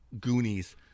Goonies